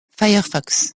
firefox